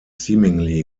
seemingly